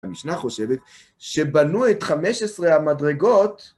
המשנה חושבת שבנו את חמש עשרה המדרגות